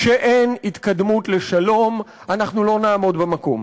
כשאין התקדמות לשלום אנחנו לא נעמוד במקום.